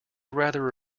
rather